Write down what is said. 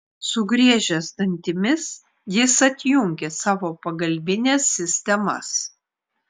sugriežęs dantimis jis atjungė savo pagalbines sistemas